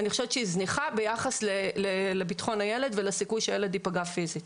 אני חושבת שהיא זניחה ביחס לביטחון הילד ולסיכוי שהילד ייפגע פיזית.